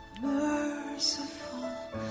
merciful